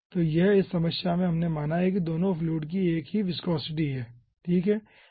तो यह इस समस्या में हमने माना है कि दोनों फ्लुइड्स की एक ही विस्कोसिटी हैं ठीक है